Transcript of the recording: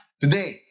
Today